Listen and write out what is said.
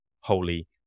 holy